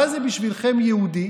מה זה בשבילכם יהודי?